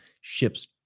ships